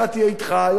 יום אחד היא לא אתך,